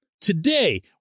today